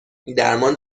درمان